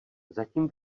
zatím